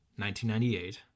1998